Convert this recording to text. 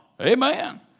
Amen